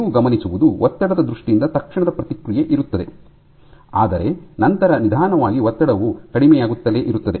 ನೀವು ಗಮನಿಸುವುದು ಒತ್ತಡದ ದೃಷ್ಟಿಯಿಂದ ತಕ್ಷಣದ ಪ್ರತಿಕ್ರಿಯೆ ಇರುತ್ತದೆ ಆದರೆ ನಂತರ ನಿಧಾನವಾಗಿ ಒತ್ತಡವು ಕಡಿಮೆಯಾಗುತ್ತಲೇ ಇರುತ್ತದೆ